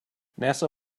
nasa